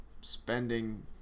spending